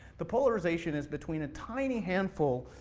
the polarization is between a tiny handful